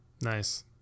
nice